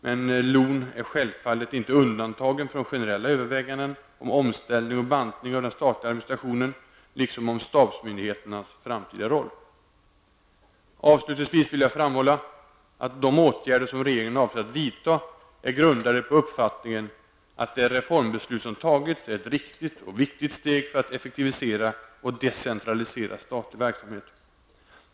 Men LON är självfallet inte undantagen från generella överväganden om omställning och bantning av den statliga administrationen, liksom om stabsmyndigheternas framtida roll. Avslutningsvis vill jag framhålla att de åtgärder som regeringen avser att vidta är grundade på uppfattningen att det reformbeslut som tagits är ett riktigt och viktigt steg för att effektivisera och decentralisera statlig verksamhet.